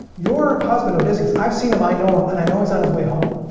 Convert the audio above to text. your husband, odysseus, i've seen him. i know him and i know he's on his way home.